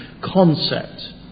concept